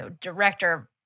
director